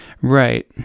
Right